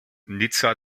nizza